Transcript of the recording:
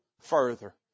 further